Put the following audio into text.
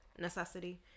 necessity